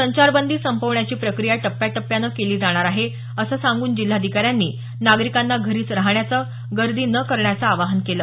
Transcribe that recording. संचारबंदी संपवण्याची प्रक्रिया टप्प्याटप्प्यानं केली जाणार आहे असं सांगून जिल्हाधिकाऱ्यांनी नागरिकांना घरीच राहण्याचं गर्दी न करण्याचं आवाहन केलं